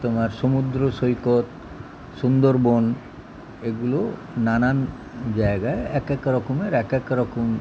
তোমার সমুদ্র সৈকত সুন্দরবন এগুলো নানান জায়গায় এক এক রকমের এক এক রকম